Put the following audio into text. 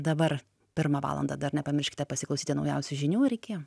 dabar pirmą valandą dar nepamirškite pasiklausyti naujausių žinių ir iki